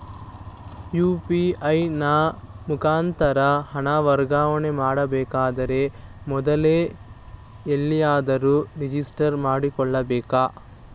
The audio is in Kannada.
ಯು.ಪಿ.ಐ ನ ಮುಖಾಂತರ ಹಣ ವರ್ಗಾವಣೆ ಮಾಡಬೇಕಾದರೆ ಮೊದಲೇ ಎಲ್ಲಿಯಾದರೂ ರಿಜಿಸ್ಟರ್ ಮಾಡಿಕೊಳ್ಳಬೇಕಾ?